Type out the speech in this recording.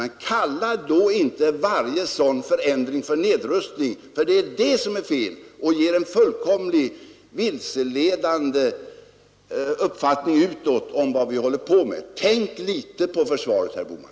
Men kalla inte varje sådan ändring för nedrustning, för det är fel och ger en fullkomligt vilseledande uppfattning utåt om vad vi håller på med. Tänk litet på försvaret, herr Bohman!